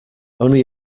only